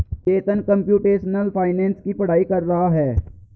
चेतन computational finance की पढ़ाई कर रहा है